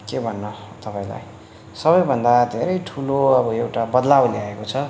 के भन्नु तपाईँलाई सबै भन्दा धेरै ठुलो एउटा बद्लाउ ल्याएको छ